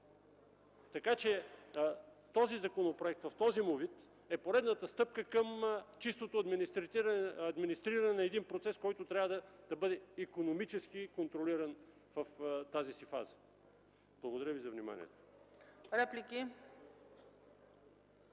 Така че този законопроект в този му вид е поредната стъпка към чистото администриране на процес, който трябва да бъде икономически контролиран в тази си фаза. Благодаря за вниманието.